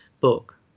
book